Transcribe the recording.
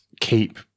keep